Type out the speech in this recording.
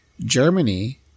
Germany